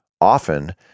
Often